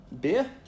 beer